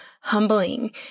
humbling